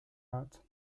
art